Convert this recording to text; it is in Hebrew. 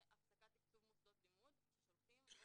הפסקת תקצוב מוסדות לימוד ששולחים או